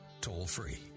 toll-free